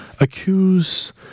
accuse